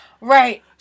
Right